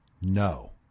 No